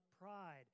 pride